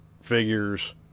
figures